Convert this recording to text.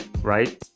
right